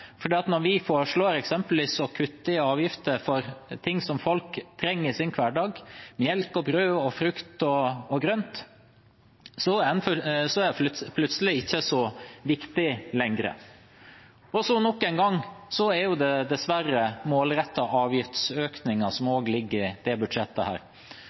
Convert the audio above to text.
Når vi foreslår eksempelvis å kutte i avgifter for ting som folk trenger i sin hverdag – melk og brød, frukt og grønt – er det plutselig ikke så viktig lenger. Nok en gang er det dessverre en målrettet avgiftsøkning som ligger i dette budsjettet, som en ny avgift på forbrenning av avfall i Norge, som